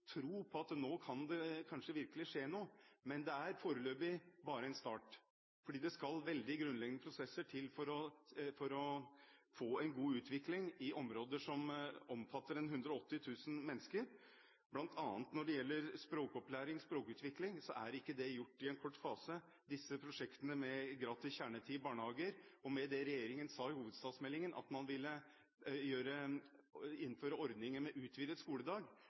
tro på at nå kan det virkelig skje noe. Men det er foreløpig bare en start, for det skal veldig grunnleggende prosesser til for å få til en god utvikling i områder som omfatter ca. 180 000 mennesker. Når det gjelder språkopplæring og språkutvikling, er ikke dette gjort på kort tid. Prosjektene med gratis kjernetid i barnehager og innføring av ordninger med utvidet skoledag – som regjeringen i hovedstadsmeldingen ga uttrykk for at man ville